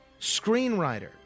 screenwriter